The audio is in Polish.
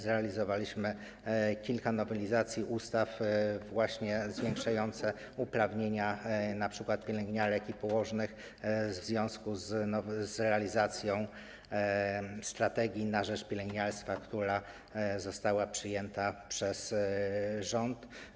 Zrealizowaliśmy kilka nowelizacji ustaw zwiększających uprawnienia np. pielęgniarek i położnych w związku z realizacją strategii na rzecz pielęgniarstwa, która została przyjęta przez rząd.